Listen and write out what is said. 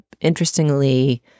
interestingly